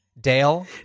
Dale